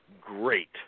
great